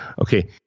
Okay